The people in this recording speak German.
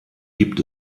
gibt